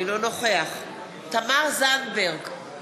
אינו נוכח תמר זנדברג,